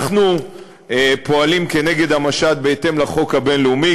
אנחנו פועלים נגד המשט בהתאם לחוק הבין-לאומי,